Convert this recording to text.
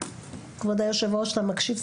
כבוד יושב הראש, אתה מקשיב?